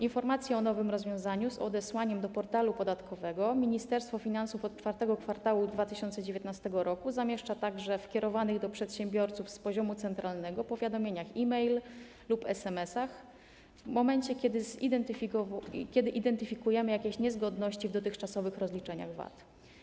Informacje o nowym rozwiązaniu z odesłaniem do portalu podatkowego Ministerstwo Finansów od IV kwartału 2019 r. zamieszcza także w kierowanych do przedsiębiorców z poziomu centralnego powiadomieniach e-mail lub SMS-ach, w momencie kiedy identyfikujemy jakieś niezgodności w dotychczasowych rozliczeniach VAT.